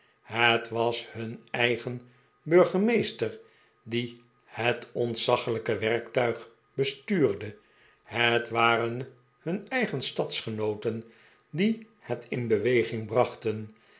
net was nun eigen burge meester die het ontzaglijke werktuig bestuurde het waren hun eigen stadgenooten die het in beweging brachten